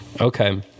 Okay